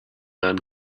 man